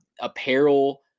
apparel